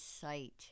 sight